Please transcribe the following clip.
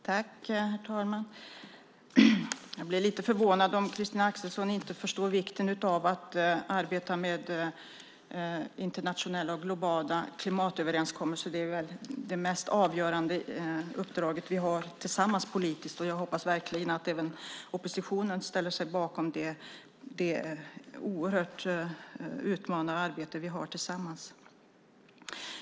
Herr talman! Jag blir lite förvånad om Christina Axelsson inte förstår vikten av att arbeta med internationella och globala klimatöverenskommelser. Det är det mest avgörande uppdraget vi har tillsammans politiskt. Jag hoppas verkligen att även oppositionen ställer sig bakom det oerhört utmanande arbete vi har tillsammans.